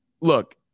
look